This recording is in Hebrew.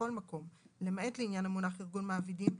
בכל מקום למעט לעניין המונח ארגון מעבידים,